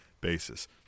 basis